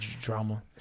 drama